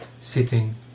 sitting